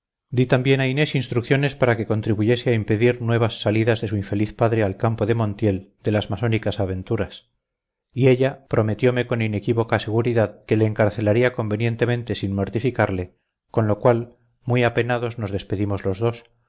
di también a inés instrucciones para que contribuyese a impedir nuevas salidas de su infeliz padre al campo de montiel de las masónicas aventuras y ella prometiome con inequívoca seguridad que le encarcelaría convenientemente sin mortificarle con lo cual muy apenados nos despedimos los dos